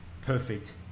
perfect